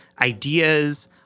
ideas